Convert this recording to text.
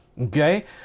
Okay